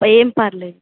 ఏమి పర్లేదు